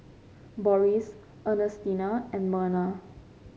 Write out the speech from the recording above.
Boris Ernestina and Merna